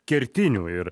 kertinių ir